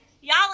y'all